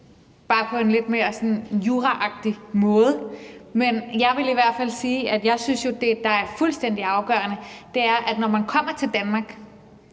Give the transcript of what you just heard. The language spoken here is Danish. bare på en lidt mere sådan juraagtig måde. Men jeg vil i hvert fald sige, at jeg synes, at det, der er fuldstændig afgørende, jo er, at man, når man kommer til Danmark,